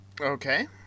Okay